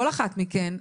לכל אחת מכן.